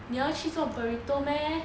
你要去做 burrito meh